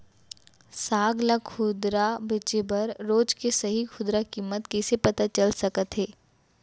साग ला खुदरा बेचे बर रोज के सही खुदरा किम्मत कइसे पता चल सकत हे?